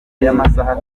y’amasaha